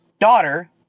Daughter